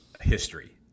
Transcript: history